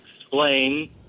explain